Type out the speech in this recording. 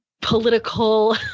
political